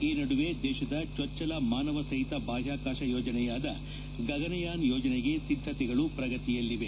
ಈ ನದುವೆ ದೇಶದ ಚೊಚ್ಚಲ ಮಾನವ ಸಹಿತ ಬಾಹ್ಯಾಕಾಶ ಯೋಜನೆಯಾದ ಗಗನಯಾನ್ ಯೋಜನೆಗೆ ಸಿದ್ದತೆಗಳು ಪ್ರಗತಿಯಲ್ಲಿವೆ